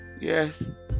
yes